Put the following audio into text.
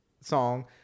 song